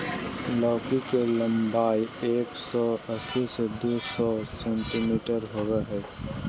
लौकी के लम्बाई एक सो अस्सी से दू सो सेंटीमिटर होबा हइ